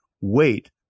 wait